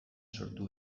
sortu